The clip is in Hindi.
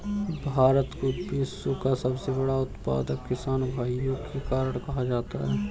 भारत को विश्व का सबसे बड़ा उत्पादक किसान भाइयों के कारण कहा जाता है